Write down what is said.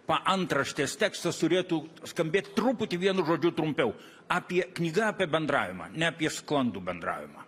paantraštės tekstas turėtų skambėt truputį vienu žodžiu trumpiau apie knyga apie bendravimą ne apie sklandų bendravimą